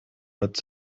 but